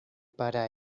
para